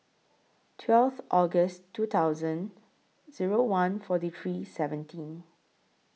twelfth August two thousand Zero one forty three seventeen